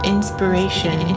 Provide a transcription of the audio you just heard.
Inspiration